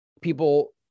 people